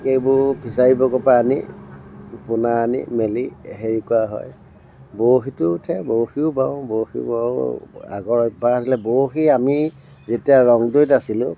সেইবোৰ ফিচাৰীবোকৰ পৰা আনি পোনা আনি মেলি হেৰি কৰা হয় বৰশীটো উঠে বৰশীও বাও বৰশী বাও আৰু আগৰ পৰা আছিলে বৰশী আমি যেতিয়া ৰংদৈত আছিলোঁ